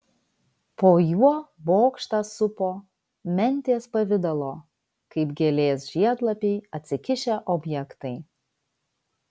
po juo bokštą supo mentės pavidalo kaip gėlės žiedlapiai atsikišę objektai